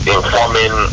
informing